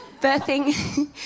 birthing